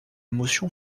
motion